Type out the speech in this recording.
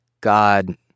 God